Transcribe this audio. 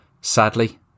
Sadly